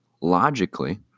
logically